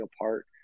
apart